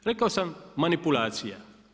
Rekao sam manipulacija.